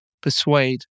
persuade